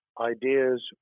ideas